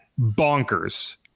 bonkers